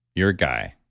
you're a guy,